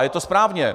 A je to správně.